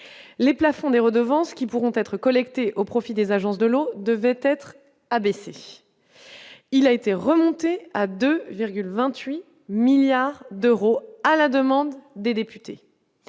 les plafonds des redevances qui pourront être collectées au profit des agences de l'eau devait être abaissée, il a été remonté à 2,28 milliards d'euros à la demande des députés